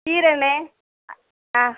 கீரண்ணே ஆ